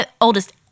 oldest